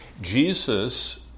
Jesus